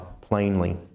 plainly